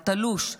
התלוש,